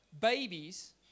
babies